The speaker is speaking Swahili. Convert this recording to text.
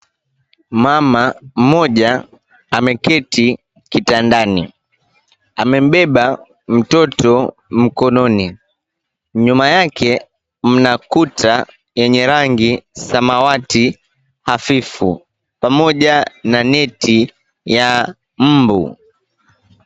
Mama mmoja ameketi kitandani. Amebeba mtoto mkononi. Nyuma yake mna kuta yenye rangi samawati hafifu pamoja na neti ya mbu.